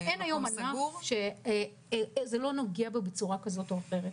כמעט אין היום ענף שזה לא נוגע בו בצורה כזאת או אחרת.